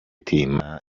team